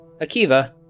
Akiva